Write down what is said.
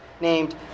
named